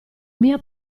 mia